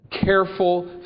careful